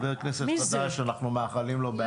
חבר כנסת חדש מאגודה שאנחנו מאחלים לו בהצלחה,